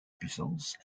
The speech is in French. puissance